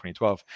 2012